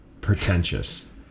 pretentious